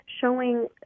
showing